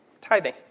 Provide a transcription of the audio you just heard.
tithing